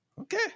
Okay